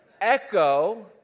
echo